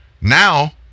now